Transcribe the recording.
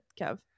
Kev